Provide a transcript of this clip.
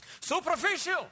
Superficial